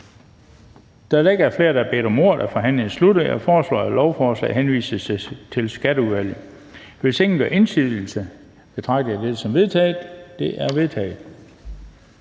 der ikke er flere, der har bedt om ordet, er forhandlingen sluttet. Jeg foreslår, at lovforslaget henvises til Skatteudvalget. Hvis ingen gør indsigelse, betragter jeg dette som vedtaget. Det er vedtaget.